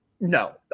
no